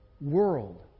world